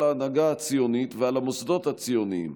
ההנהגה הציונית ועל המוסדות הציוניים.